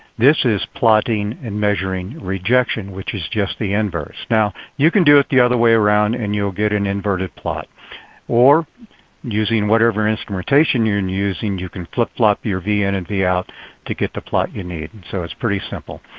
this is plotting and measuring rejection which is just the inverse. you can do it the other way around and you'll get an inverted plot or using whatever instrumentation you're and using, you can flip flop your v in and and v out to get the plot you need. and so it's pretty simple.